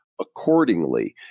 Accordingly